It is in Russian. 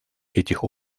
этих